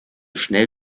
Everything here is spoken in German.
schnell